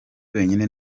wenyine